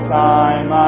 time